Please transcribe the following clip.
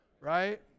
Right